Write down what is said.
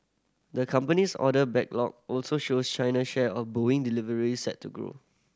the company's order backlog also shows China's share of Boeing deliveries set to grow